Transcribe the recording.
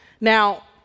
Now